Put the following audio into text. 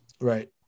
Right